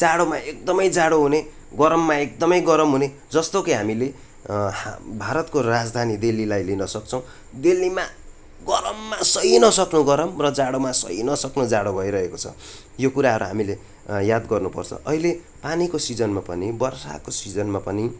जाडोमा एकदमै जाडो हुने गरममा एकदमै गरम हुने जस्तो कि हामीले हा भारतको राजधानी दिल्लीलाई लिन सक्छौँ दिल्लीमा गरममा सहि नसक्नु गरम र जाडोमा सहि नसक्नु जोडो भइरहेको छ यो कुराहरू हामीले याद गर्नु पर्छ अहिले पानीको सिजनमा पनि वर्षाको सिजनमा पनि